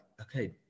okay